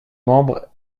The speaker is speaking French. membres